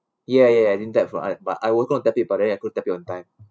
ya ya I didn't tap for us but I was going to tap it but then I couldn't tap it on time